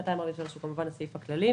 סעיף 243 הוא הסעיף הכללי.